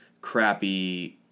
crappy